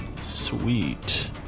Sweet